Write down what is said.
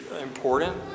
important